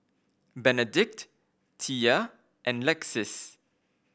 Benedict Thea and Lexis